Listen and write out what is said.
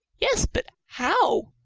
yes, but how?